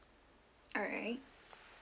alright